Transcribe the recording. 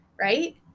Right